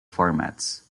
formats